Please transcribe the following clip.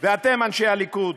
ואתם, אנשי הליכוד,